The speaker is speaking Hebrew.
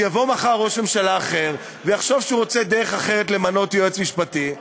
שיבוא מחר ראש ממשלה אחר ויחשוב שהוא רוצה דרך אחרת למנות יועץ משפטי.